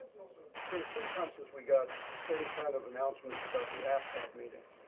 it's been some time since we got any kind of announcements about the afpak meetings.